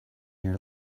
your